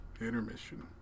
Intermission